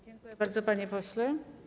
Dziękuję bardzo, panie pośle.